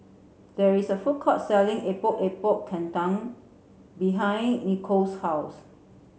there is a food court selling Epok Epok Kentang behind Nicolle's house